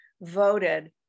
voted